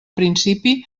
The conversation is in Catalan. principi